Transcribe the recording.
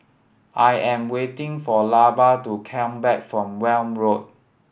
I am waiting for Lavar to come back from Welm Road